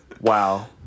Wow